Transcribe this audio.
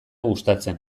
gustatzen